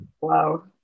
Wow